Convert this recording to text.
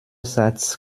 satz